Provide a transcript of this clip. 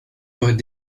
peut